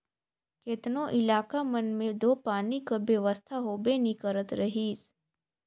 केतनो इलाका मन मे दो पानी कर बेवस्था होबे नी करत रहिस